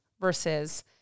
versus